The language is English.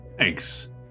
Thanks